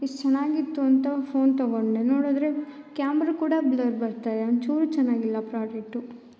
ಇಷ್ಟು ಚೆನ್ನಾಗಿತ್ತು ಅಂತ ಫೋನ್ ತಗೊಂಡೆ ನೋಡಿದ್ರೆ ಕ್ಯಾಮ್ರ ಕೂಡ ಬ್ಲರ್ ಬರ್ತಾಯಿದೆ ಒಂಚೂರು ಚೆನ್ನಾಗಿಲ್ಲ ಪ್ರಾಡೆಟ್ಟು